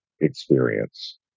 experience